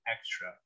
Extra